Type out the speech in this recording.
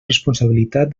responsabilitat